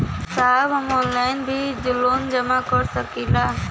साहब हम ऑनलाइन भी लोन जमा कर सकीला?